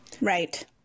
right